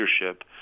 leadership